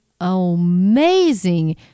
amazing